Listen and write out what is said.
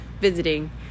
visiting